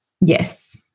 Yes